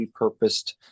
repurposed